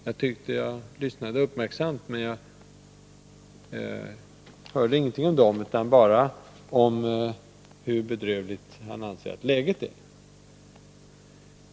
Jag tyckte att jag lyssnade uppmärksamt, men jag hörde ingenting om dessa riktlinjer — jag hörde bara Jörn Svensson tala om hur bedrövligt han anser att läget är.